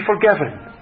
forgiven